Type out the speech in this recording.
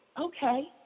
Okay